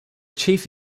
chief